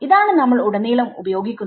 ഇതാണ് നമ്മൾ ഉടനീളം ഉപയോഗിക്കുന്നത്